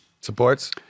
supports